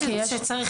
לא צריך